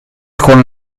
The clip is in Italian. con